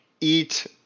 eat